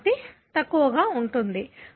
51